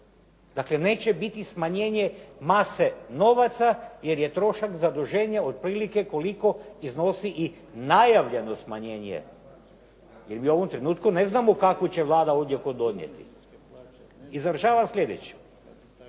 Dakle neće biti smanjenje mase novaca, jer je trošak zaduženje otprilike koliko iznosi i najavljeno smanjenje, jer mi u ovom trenutku ne znamo kako će Vlada odluku donijeti. I završavam slijedećim.